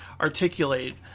articulate